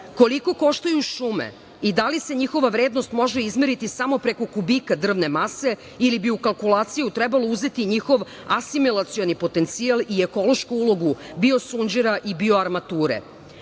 koštaju šume i da li se njihova vrednost može izmeriti samo preko kubika drvne mase ili bi u kalkulaciju trebalo uzeti njihov asimelacioni potencijal i ekološku ulogu biosunđera i bioarmature?